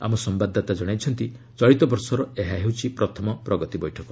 ଆମ ସମ୍ଭାଦଦାତା ଜଣାଇଛନ୍ତି ଚଳିତ ବର୍ଷର ଏହା ହେଉଛି ପ୍ରଥମ ପ୍ରଗତି ବୈଠକ